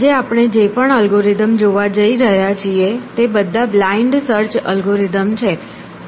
આજે આપણે જે પણ અલ્ગોરિધમ જોવા જઈ રહ્યા છીએ તે બધા બ્લાઇન્ડ સર્ચ અલ્ગોરિધમ છે